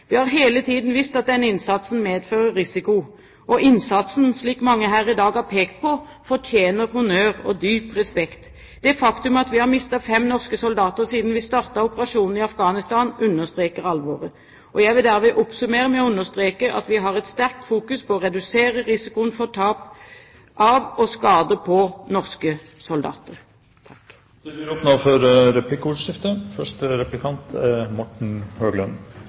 Vi har hele tiden visst at den innsatsen medfører risiko, og innsatsen, slik mange her i dag har pekt på, fortjener honnør og dyp respekt. Det faktum at vi har mistet fem norske soldater siden vi startet operasjonene i Afghanistan, understreker alvoret. Jeg vil derved oppsummere med å understreke at vi har et sterkt fokus på å redusere risikoen for tap av og skade på norske soldater. Det blir